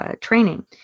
training